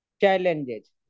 Challenges